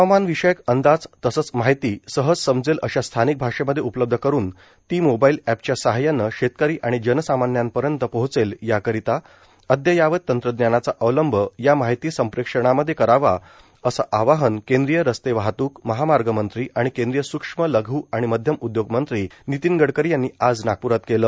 हवामान विषयक अंदाज तसंच माहिती सहज समजेल अशा स्थानिक भाषेमध्ये उपलब्ध करुन ती मोबाईल अप्रच्या सहाय्यानं शेतकरी आणि जनसामान्यांनापर्यंत पोहोचेल याकरिता अद्ययावत तंत्रज्ञानाचा अवलंब या माहिती संप्रेषणामध्ये करावा असं आवाहन केंद्रीय रस्ते वाहतूक महामार्ग मंत्री आणि केंद्रीय स्क्ष्म लघ् आणि मध्यम उद्योगमंत्री नितीन गडकरी यांनी आज नागप्रात केलं